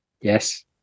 yes